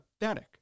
Pathetic